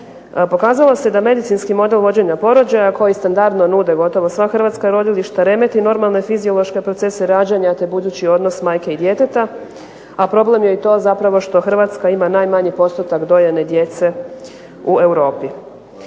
Pokazalo se da medicinski model vođenja porođaja koji standardno nude gotovo sva hrvatska rodilišta remeti normalne fiziološke procese rađanja te budući odnos majke i djeteta, a problem je i to zapravo što Hrvatska ima najmanji postotak dojene djece u Europi.